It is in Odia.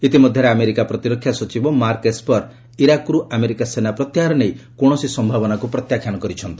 ଇତିମଧ୍ୟରେ ଆମେରିକା ପ୍ରତିରକ୍ଷା ସଚିବ ମାର୍କ ଏସ୍ପର୍ ଇରାକରୁ ଆମେରିକା ସେନା ପ୍ରତ୍ୟାହାର ନେଇ କୌଣସି ସମ୍ଭାବନାକୁ ପ୍ରତ୍ୟାଖ୍ୟାନ କରିଛନ୍ତି